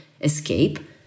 escape